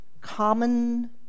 common